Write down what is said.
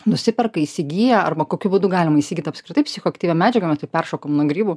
nusiperka įsigyja arba kokiu būdu galima įsigyt apskritai psichoaktyvių medžiagų mes taip peršokom nuo grybų